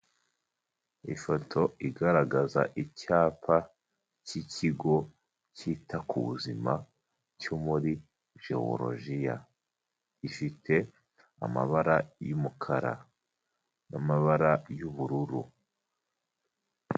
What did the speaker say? Ifoto igaragaza icyapa cy'Ikigo cyita ku buzima cyo muri Jeworogiya. Ifite amabara y'umukara n'amabara y'ubururu.